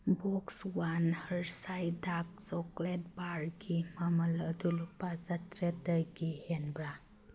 box one Hershey's dark chocolate ꯕꯥꯔꯒꯤ ꯃꯃꯜ ꯑꯗꯨ ꯂꯨꯄꯥ ꯆꯥꯇ꯭ꯔꯦꯠꯇꯒꯤ ꯍꯦꯟꯕ꯭ꯔꯥ